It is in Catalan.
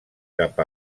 cap